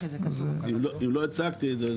תרשמו ואם לא הצגתי את זה,